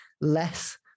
less